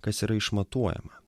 kas yra išmatuojama